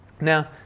Now